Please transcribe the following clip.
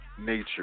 Nature